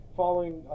following